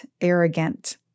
arrogant